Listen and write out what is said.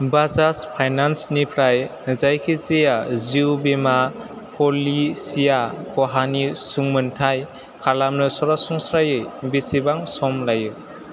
बाजाज फाइनान्सनिफ्राय जायखिजाया जिउ बीमा प'लिसिया खहानि सुंमोनथाइ खालामनो सरासनस्रायै बेसे सम लायो